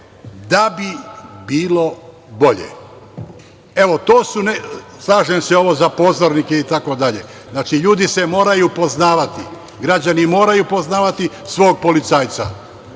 da bi bilo bolje. Slažem se ovo za pozornike i tako dalje. Znači, ljudi se moraju poznavati.. Građani moraju poznavati svog policajca,